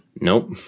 nope